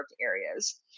areas